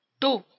two